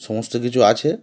সমস্ত কিছু আছে